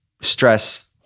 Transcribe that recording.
stress